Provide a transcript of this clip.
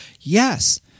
Yes